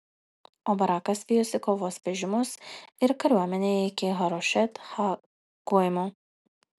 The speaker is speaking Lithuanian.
o barakas vijosi kovos vežimus ir kariuomenę iki harošet ha goimo